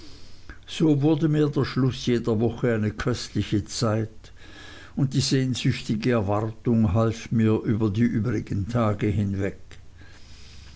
so wurde mir der schluß jeder woche eine köstliche zeit und die sehnsüchtige erwartung half mir über die übrigen tage hinweg